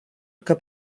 que